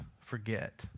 forget